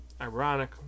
ironic